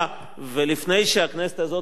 ולפני שהכנסת הזאת תתפזר,